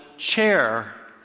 chair